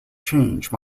change